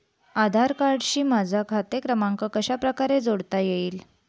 आधार कार्डशी माझा खाते क्रमांक कशाप्रकारे जोडता येईल?